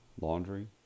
laundry